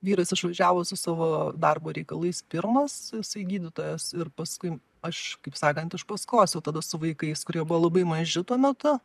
vyras išvažiavo su savo darbo reikalais pirmas jisai gydytojas ir paskui aš kaip sakant iš paskos jau tada su vaikais kurie buvo labai maži tuo metu